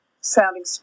sounding